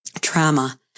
trauma